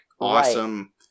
awesome